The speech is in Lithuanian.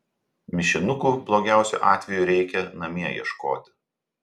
mišinukų blogiausiu atveju reikia namie ieškoti